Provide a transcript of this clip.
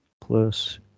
plus